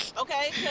okay